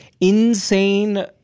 insane-